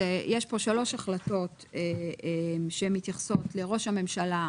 יש פה שלוש החלטות שמתייחסות לראש הממשלה,